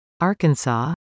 Arkansas